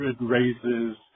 raises